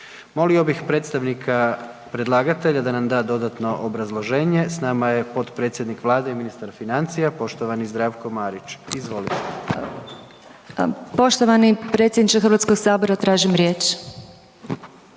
Molio bih predstavnika predlagatelja da nam da dodatno obrazloženje. S nama je potpredsjednik Vlade i ministar financija, poštovani Zdravko Marić. Izvolite. **Orešković, Dalija (Stranka s imenom